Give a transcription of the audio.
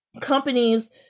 companies